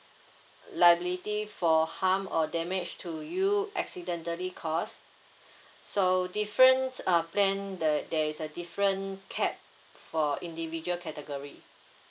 liability for harm or damage to you accidentally cause so different uh plan the there is a different cap for individual category